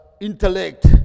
intellect